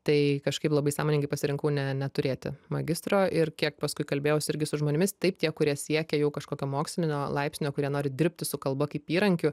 tai kažkaip labai sąmoningai pasirinkau ne neturėti magistro ir kiek paskui kalbėjausi irgi su žmonėmis taip tie kurie siekia jau kažkokio mokslinio laipsnio kurie nori dirbti su kalba kaip įrankiu